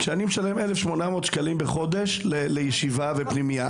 כשאני משלם 1,800 שקלים בחודש לישיבה ופנימייה,